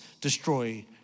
destroy